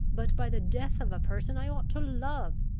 but by the death of a person i ought to love.